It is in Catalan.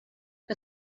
que